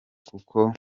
kuko